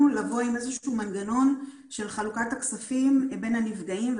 לבוא עם איזשהו מנגנון של חלוקת הכספים בין הנפגעים.